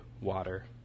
water